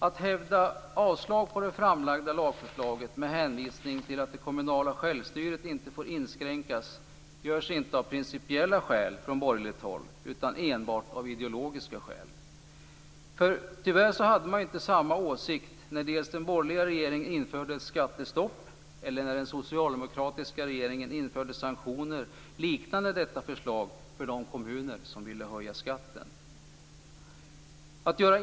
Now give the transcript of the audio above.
Att yrka avslag på det framlagda lagförslaget med hänvisning till att det kommunala självstyret inte får inskränkas görs inte av principiella skäl från borgerligt håll utan enbart av ideologiska skäl. Tyvärr hade man inte samma åsikt när den borgerliga regeringen införde skattestopp eller när den socialdemokratiska regeringen införde sanktioner liknande detta förslag för de kommuner som ville höja skatten.